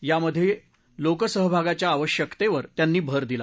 यामधील लोकसहभागाच्या आवश्यकतेवर त्यांनी भर दिला